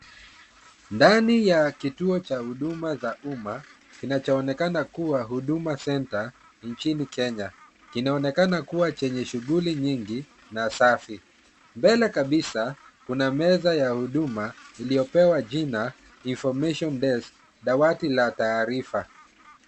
Ndani ya kituo cha huduma za umma kinachoonekana kuwa Huduma Center nchini Kenya, kinaonekana kuwa chenye shughuli nyingi na safi. Mbele kabisa kuna meza ya huduma, iliyopewa jina information desk , dawati la taarifa.